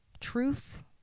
Truth